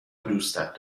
دوستت